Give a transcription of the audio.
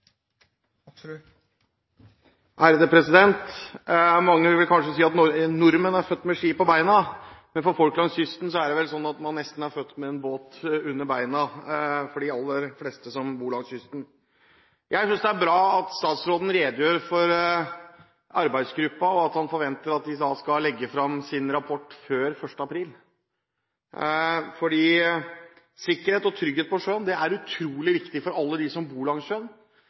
født med ski på beina, men for folk langs kysten – de aller fleste som bor langs kysten – er det vel slik at man nesten er født med en båt under beina. Jeg synes det er bra at statsråden redegjør for arbeidsgruppen, og at han forventer at den skal legge fram sin rapport før 1. april. Sikkerhet og trygghet på sjøen er utrolig viktig for alle dem som bor langs